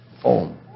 home